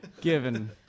given